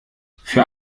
für